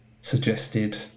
suggested